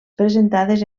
presentades